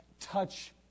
touch